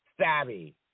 savvy